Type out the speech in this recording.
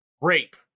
rape